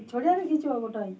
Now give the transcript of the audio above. ছেড়ে আমি দিয়েছি ওটাই